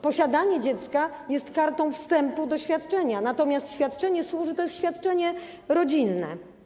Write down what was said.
Posiadanie dziecka jest kartą wstępu do świadczenia, natomiast świadczenie służy... to jest świadczenie rodzinne.